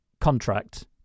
contract